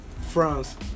France